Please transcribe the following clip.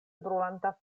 brulanta